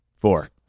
Four